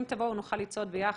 אם תבואו, נוכל לצעוד ביחד.